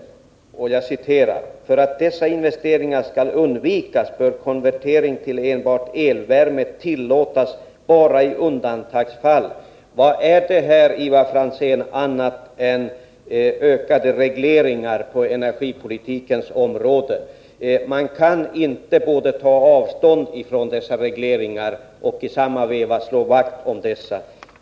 I den reservationen konstateras: ”för att dessa investeringar skall undvikas bör konvertering till enbart elvärme tillåtas bara i undantagsfall.” Vad är detta, Ivar Franzén, annat än ökade regleringar på energipolitikens område? Man kan inte både ta avstånd från dessa regleringar och slå vakt om dem.